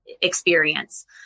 experience